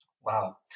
Wow